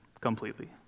completely